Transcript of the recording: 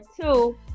two